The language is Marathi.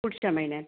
पुढच्या महिन्यात